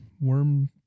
Worm